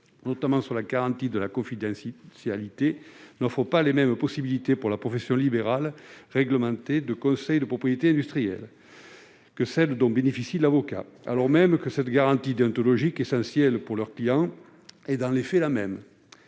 notamment sur la garantie de confidentialité, n'offrent pas les mêmes possibilités pour la profession libérale réglementée de CPI que celles dont bénéficient l'avocat, alors même que cette garantie déontologique essentielle pour leurs clients est, dans les faits, la même.